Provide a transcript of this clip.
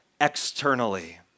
externally